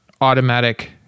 automatic